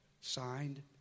signed